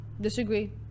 disagree